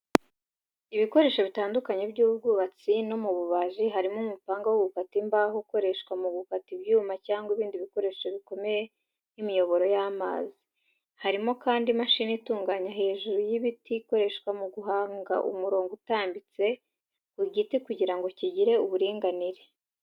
Ibikoresho bitandukanye by’ubwubatsi no mu bubaji harimo umupanga wo gukata imbaho ukoreshwa mu gukata ibyuma cyangwa ibindi bikoresho bikomeye nk’imiyoboro y’amazi. Harimo kandi imashini itunganya hejuru y'ibiti ikoreshwa mu guhanga umurongo udatambitse (surface) ku giti kugira ngo kigire uburinganire.